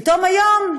פתאום היום,